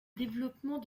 développement